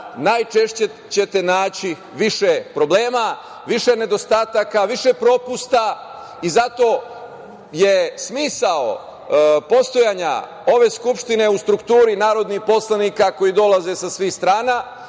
najčešće ćete naći više problema, više nedostataka, više propusta. Zato je smisao postojanja ove Skupštine u strukturi narodnih poslanika koji dolaze sa svih strana,